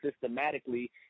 systematically